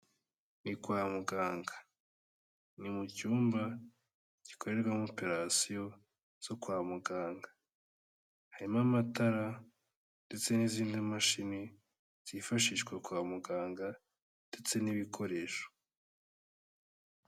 Ni kwa muganga ni mu cyumba gikorerwamo operasiyo zo kwa muganga, harimo amatara ndetse n'izindi mashini zifashishwa kwa muganga ndetse n'ibikoresho.